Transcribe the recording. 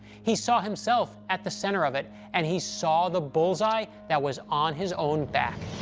he saw himself at the center of it, and he saw the bull's-eye that was on his own back.